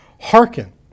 hearken